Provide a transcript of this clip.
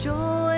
Joy